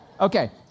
Okay